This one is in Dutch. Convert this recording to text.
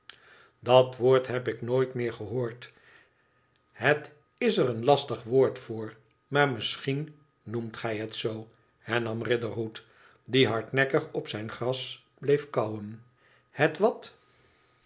dat woord heb ik nooit meer gehoord het is er een lastig woord voorj maar misschien noemt gij het zoo hernam riderhood die hardnekkig op zijn gras bleef kauwen het wat